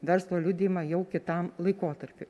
verslo liudijimą jau kitam laikotarpiui